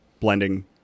blending